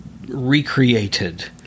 recreated